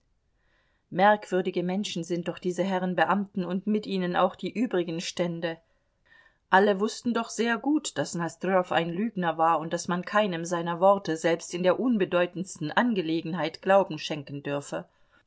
merkwürdige menschen sind doch diese herren beamten und mit ihnen auch die übrigen stände alle wußten doch sehr gut daß nosdrjow ein lügner war und daß man keinem seiner worte selbst in der unbedeutendsten angelegenheit glauben schenken dürfe